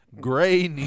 Gray